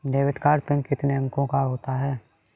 Debit card pin कितने अंकों का होता है?